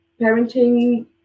parenting